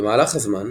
במהלך הזמן,